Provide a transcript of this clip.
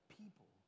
people